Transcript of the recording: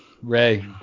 Ray